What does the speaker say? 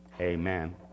amen